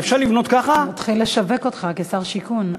אפשר לבנות ככה, נתחיל לשווק אותך כשר השיכון.